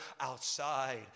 outside